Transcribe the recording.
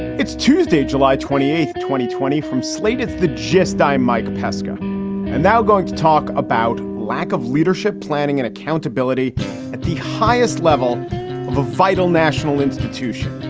it's tuesday, july twenty eighth, twenty twenty from slate's the gist, i'm mike pesca and now going to talk about lack of leadership, planning and accountability at the highest level of a vital national institution.